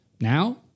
Now